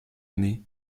année